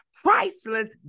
Priceless